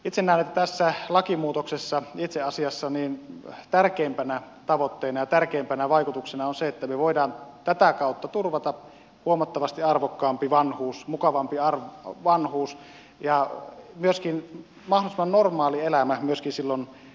itse näen että tässä lakimuutoksessa itse asiassa tärkeimpänä tavoitteena ja tärkeimpänä vaikutuksena on se että me voimme tätä kautta turvata huomattavasti arvokkaamman vanhuuden mukavamman vanhuuden ja mahdollisimman normaalin elämän myöskin silloin ikäihmisenä